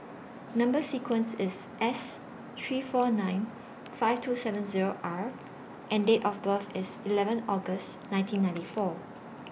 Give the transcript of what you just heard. Number sequence IS S three four nine five two seven Zero R and Date of birth IS eleven August nineteen ninety four